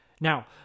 Now